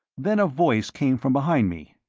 then a voice came from behind me.